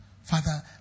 Father